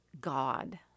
God